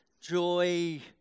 joy